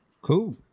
Cool